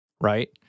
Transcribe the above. right